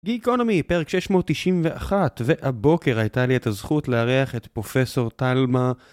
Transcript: Geekonomy, פרק 691, והבוקר הייתה לי את הזכות להירח את פרופסור תלמה.